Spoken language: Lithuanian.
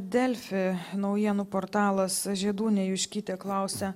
delfi naujienų portalas žiedūnė juškytė klausia